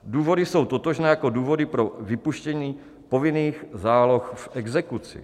Důvody jsou totožné jako důvody pro vypuštění povinných záloh v exekuci.